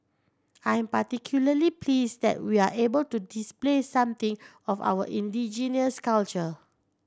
I am particularly pleased that we're able to display something of our indigenous culture